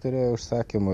turėjo užsakymų